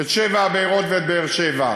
את שבע הבארות ואת באר-שבע,